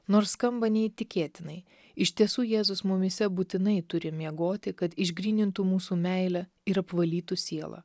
nors skamba neįtikėtinai iš tiesų jėzus mumyse būtinai turi miegoti kad išgrynintų mūsų meilę ir apvalytų sielą